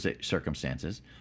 circumstances